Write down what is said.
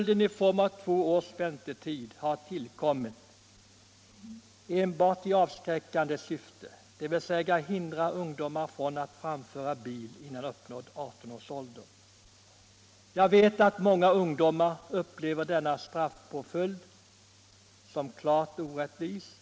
Denna påföljd har tillkommit enbart i avskräckande syfte, dvs. att hindra ungdomar från att framföra bil innan de uppnått 18 år. Jag vet att många ungdomar upplever denna straffpåföljd som klart orättvis.